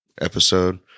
episode